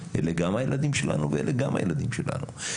גם אלה הילדים שלנו וגם אלה הילדים שלנו.